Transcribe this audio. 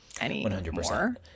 anymore